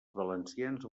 valencians